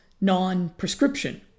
non-prescription